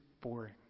boring